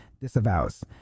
disavows